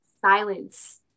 silence